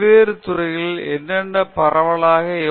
அடுத்த 5 ஆண்டுகளில் நான் என்ன செய்வேன் என்று சரியாக கணிக்க முடியாது